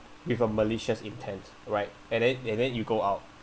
with a malicious intent right and then and then you go out